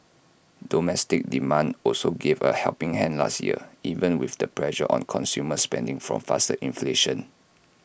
domestic demand also gave A helping hand last year even with the pressure on consumer spending from faster inflation